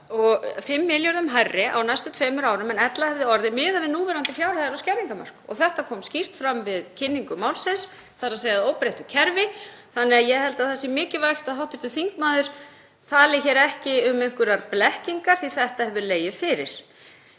5 milljörðum hærri á næstu tveimur árum en ella hefði orðið miðað við núverandi fjárhæðir og skerðingarmörk. Þetta kom skýrt fram við kynningu málsins, þ.e. að óbreyttu kerfi. Ég held að það sé mikilvægt að hv. þingmaður tali ekki um einhverjar blekkingar því að þetta hefur legið fyrir.